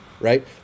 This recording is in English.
right